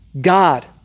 God